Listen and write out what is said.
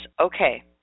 Okay